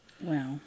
Wow